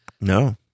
no